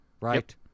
right